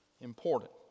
important